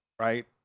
right